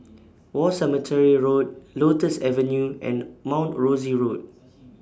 War Cemetery Road Lotus Avenue and Mount Rosie Road